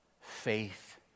faith